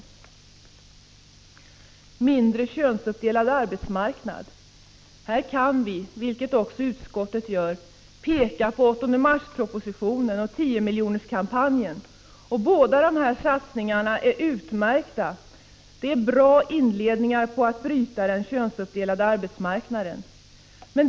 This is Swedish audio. När det gäller en mindre könsuppdelad arbetsmarknad kan vi, vilket också utskottet gör, peka på propositionen från den 8 mars och på 10-miljonerskampanjen. Båda dessa satsningar är utmärkta — de är bra inledningar till att bryta den könsuppdelade arbetsmarknaden.